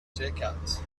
takeouts